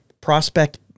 prospect